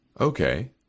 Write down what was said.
Okay